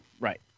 Right